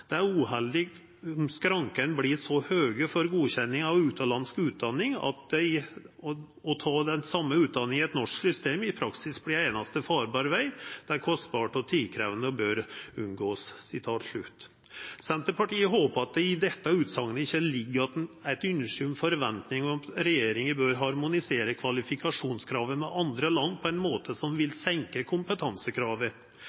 er det uheldig om skrankene blir så høye for godkjenning av utenlandsk utdanning at det å ta den samme utdanningen i et norsk system i praksis blir eneste farbare vei. Det er kostbart og tidkrevende og bør unngås.» Senterpartiet håpar at det i denne utsegna ikkje ligg eit ønske om ei forventning om at regjeringa bør harmonisera kvalifikasjonskrava med andre land på ein måte som